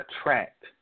attract